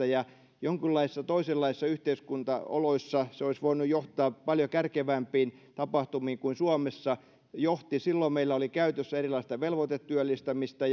ja jonkunlaisissa toisenlaisissa yhteiskuntaoloissa se olisi voinut johtaa paljon kärkevämpiin tapahtumiin kuin mihin suomessa johti silloin meillä oli käytössä erilaista velvoitetyöllistämistä